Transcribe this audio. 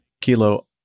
Kilo